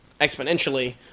exponentially